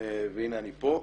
והנה אני פה.